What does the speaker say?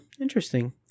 interesting